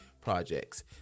projects